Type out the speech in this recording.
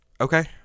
okay